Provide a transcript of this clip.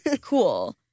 Cool